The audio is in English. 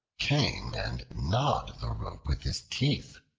came and gnawed the rope with his teeth,